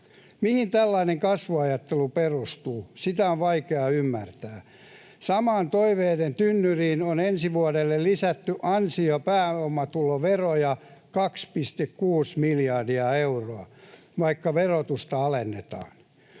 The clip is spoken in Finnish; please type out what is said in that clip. Mihin tällainen kasvuajattelu perustuu, sitä on vaikea ymmärtää. Samaan toiveiden tynnyriin on ensi vuodelle lisätty ansio- ja pääomatulojen veroja 2,6 miljardia euroa, vaikka verotusta alennetaan.